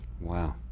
Wow